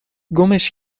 گمش